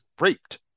raped